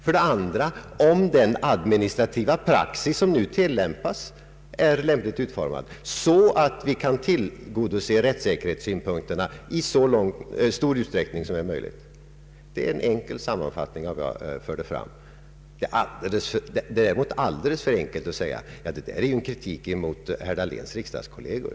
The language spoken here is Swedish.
2) Är den administrativa praxis som nu tillämpas lämpligt utformad, så att vi kan tillgodose rättssäkerhetssynpunkterna i största möjliga utsträckning? Det är en enkel sammanfattning av vad jag förde fram. Det är däremot alldeles för enkelt att säga: Det där innebär kritik mot herr Dahléns riksdagskolleger!